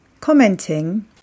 commenting